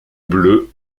bleus